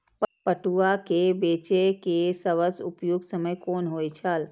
पटुआ केय बेचय केय सबसं उपयुक्त समय कोन होय छल?